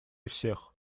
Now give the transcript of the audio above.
всех